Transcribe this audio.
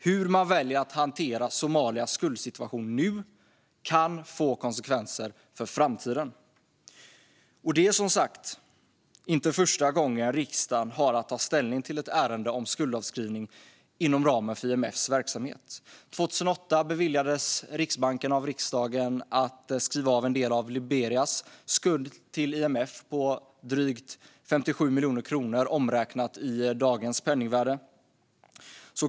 Hur man väljer att hantera Somalias skuldsituation nu kan få konsekvenser för framtiden. Det är som sagt inte första gången riksdagen har att ta ställning till ett ärende om skuldavskrivning inom ramen för IMF:s verksamhet. År 2008 beviljades Riksbanken av riksdagen att skriva av en del av Liberias skuld till IMF på drygt 57 miljoner kronor, omräknat i dagens penningvärde.